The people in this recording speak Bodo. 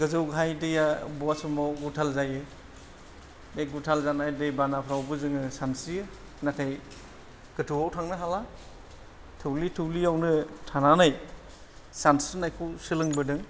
गोजौ गाहाय दैया अबावबा समाव गुथाल जायो बे गुथाल जानाय दैबानाफ्रावबो जोङो सानस्रियो नाथाय गोथौआव थांनो हाला थौलि थौलिआवनो थानानै सानस्रिनायखौ सोलोंबोदों